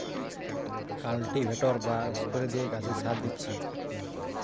cultivator বা spray দিয়ে গাছে সার দিচ্ছি